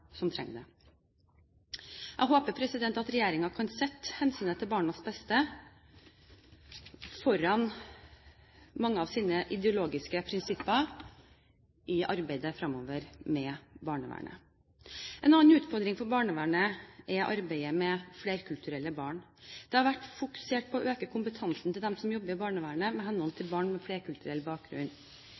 som trenger det. Jeg håper at regjeringen kan sette hensynet til barnas beste foran mange av sine ideologiske prinsipper i arbeidet med barnevernet fremover. En annen utfordring for barnevernet er arbeidet med flerkulturelle barn. Det har vært fokusert på å øke kompetansen til dem som jobber i barnevernet, med hensyn til barn med flerkulturell bakgrunn.